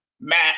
Matt